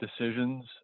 decisions